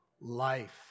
life